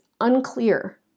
unclear